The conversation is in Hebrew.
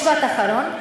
משפט אחרון.